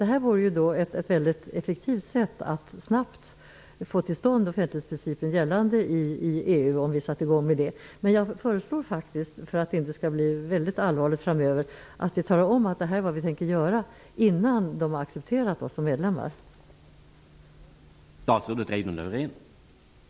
Detta vore ett effektivt sätt att snabbt få offentlighetsprincipen gällande i EU. Men för att det inte skall bli väldigt allvarligt framöver föreslår jag att vi, innan vi accepteras som medlemmar, talar om att detta är vad vi tänker göra.